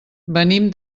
venim